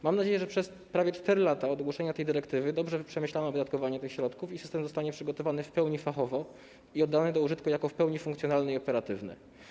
Mam nadzieję, że przez prawie 4 lata od ogłoszenia tej dyrektywy dobrze przemyślano wydatkowanie tych środków i system zostanie przygotowany w pełni fachowo i oddany do użytku jako w pełni funkcjonalny i operatywny.